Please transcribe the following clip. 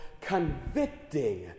convicting